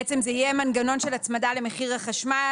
בעצם זה יהיה מנגנון של הצמדה למחיר החשמל